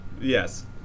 Yes